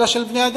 אל של בני-אדם,